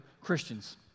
Christians